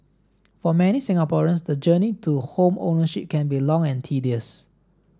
for many Singaporeans the journey to home ownership can be long and tedious